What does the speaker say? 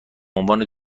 عنوان